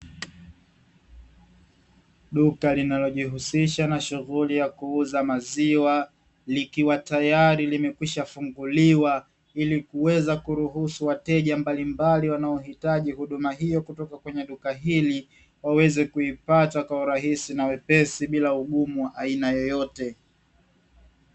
Duka linalojihusisha na shunghuli za kuuza maziwa likiwa tayari limekwisha funguliwa, ili kuweza kuruhusu wateja mbalimbali wanaohitaji huduma hiyo kutoka kwenye duka hili waweza kupata kwa urahisi na wepesi bila ugumu wa aina yoyote.